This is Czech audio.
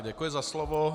Děkuji za slovo.